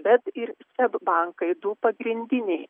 sved ir seb bankai du pagrindiniai